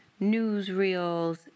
newsreels